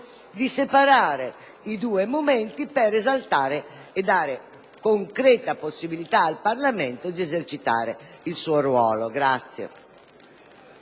di separare i due momenti per esaltare e dare concreta possibilità al Parlamento di esercitare il suo ruolo.